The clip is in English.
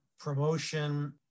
promotion